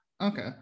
Okay